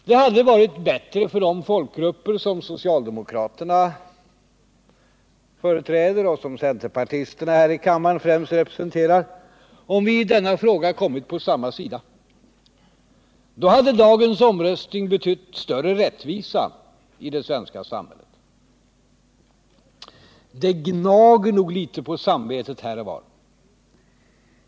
Det hade varit bättre för de folkgrupper som socialdemokraterna företräder och som centerpartisterna här i kammaren främst representerar, om vi i denna fråga kommit på samma sida. Då hade dagens omröstning betytt större rättvisa i det svenska samhället. Det gnager nog litet på samvetet här och var.